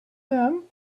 them